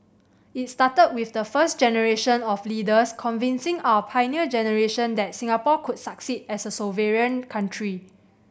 it started with the first generation of leaders convincing our Pioneer Generation that Singapore could succeed as a sovereign country